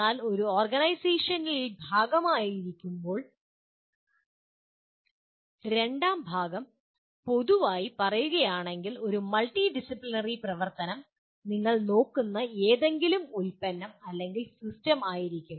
എന്നാൽ ഒരു ഓർഗനൈസേഷനിൽ ആയിരിക്കുമ്പോൾ രണ്ടാം ഭാഗം പൊതുവായി പറയുകയാണെങ്കിൽ ഒരു മൾട്ടി ഡിസിപ്ലിനറി പ്രവർത്തനം നിങ്ങൾ നോക്കുന്ന ഏതെങ്കിലും ഉൽപ്പന്നം അല്ലെങ്കിൽ സിസ്റ്റം ആയിരിക്കും